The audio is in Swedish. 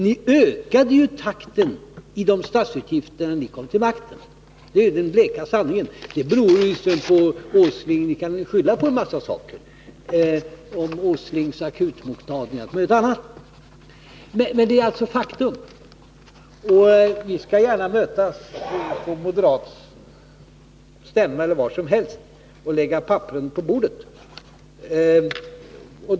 Ni ökade ju takten i statsutgifterna när ni kom till makten — det är den bleka sanningen. Ni kan visserligen skylla på en massa saker — Nils Åslings akutmottagning och allt möjligt annat — men detta är alltså ett faktum. Vi skall gärna mötas på någon moderat stämma eller var som helst och lägga papperen på bordet.